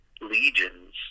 legions